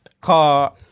Car